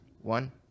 One